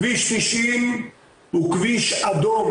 כביש 90 הוא כביש אדום,